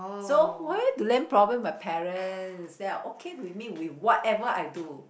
so where to land problems with my parents they are okay with me with whatever I do